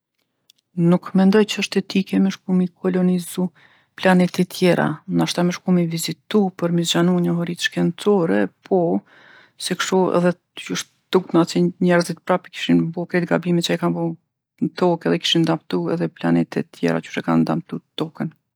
Nuk mendoj që është etike me shku mi kolonizu planetet tjera. Nashta me shku mi vizitu për mi zgjanu njohuritë shkencore, po, se kshtu edhe diqysh tutna q'i njerzit prapë i kishin bo krejt gabimet që i kanë bo n'Tokë edhe i kishin damtu edhe planetet tjera qysh e kanë damtu Tokën.